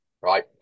Right